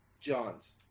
Johns